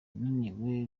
yananiwe